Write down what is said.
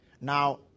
Now